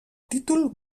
títol